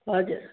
हजुर